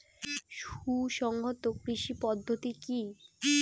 সুসংহত কৃষি পদ্ধতি কি?